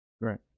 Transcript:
Right